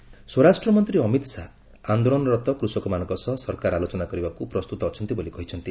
ଅମିତ୍ ଶାହା ସ୍ୱରାଷ୍ଟ୍ର ମନ୍ତ୍ରୀ ଅମିତ୍ ଶାହା ଆନ୍ଦୋଳନରତ କୃଷକମାନଙ୍କ ସହ ସରକାର ଆଲୋଚନା କରିବାକୁ ପ୍ରସ୍ତୁତ ଅଛନ୍ତି ବୋଲି କହିଛନ୍ତି